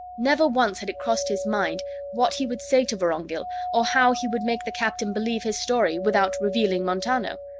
never once had it crossed his mind what he would say to vorongil or how he would make the captain believe his story, without revealing montano.